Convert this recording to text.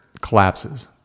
collapses